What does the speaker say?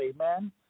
Amen